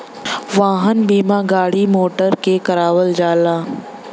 वाहन बीमा गाड़ी मोटर के करावल जाला